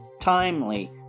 timely